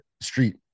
street